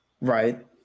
Right